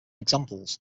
examples